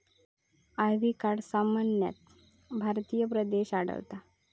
ivy gourd सामान्यतः भारतीय प्रदेशात आढळता